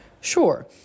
Sure